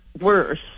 worse